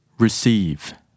Receive